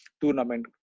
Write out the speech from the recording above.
Tournament